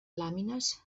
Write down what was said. làmines